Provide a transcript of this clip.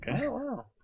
wow